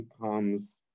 becomes